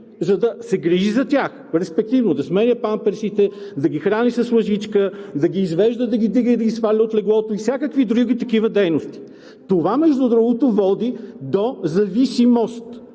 за да се грижи за тях, респективно да сменя памперсите, да ги храни с лъжичка, да ги извежда, да ги вдига и да ги сваля от леглото и всякакви други такива дейности. Това, между другото, води до зависимост.